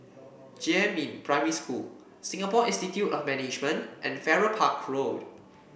Jiemin Primary School Singapore Institute of Management and Farrer Park Road